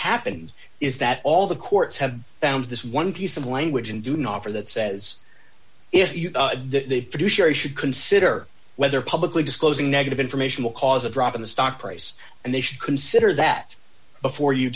happened is that all the courts have found this one piece of language and do not for that says if they should consider whether publicly disclosing negative information will cause a drop in the stock price and they should consider that before you